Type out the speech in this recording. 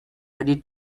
ready